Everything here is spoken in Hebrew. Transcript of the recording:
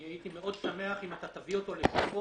אני הייתי מאוד שמח אם אתה תביא אותו לגופו